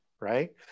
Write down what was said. Right